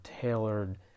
tailored